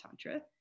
Tantra